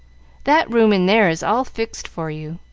that room in there is all fixed for you.